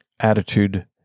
attitude